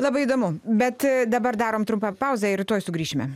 labai įdomu bet dabar darom trumpą pauzę ir tuoj sugrįšime